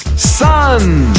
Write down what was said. sun